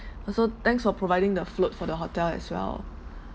also thanks for providing the float for the hotel as well